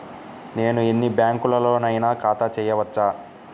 నేను ఎన్ని బ్యాంకులలోనైనా ఖాతా చేయవచ్చా?